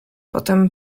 potem